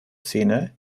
szene